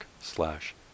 slash